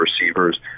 receivers